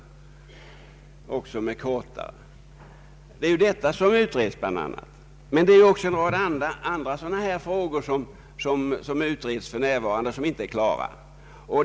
Det är bl.a. detta som utreds liksom även en rad andra liknande frågor.